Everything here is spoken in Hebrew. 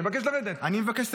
אני מבקש לרדת.